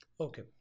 Okay